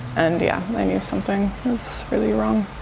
and yeah, i knew something was really wrong.